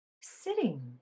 Sitting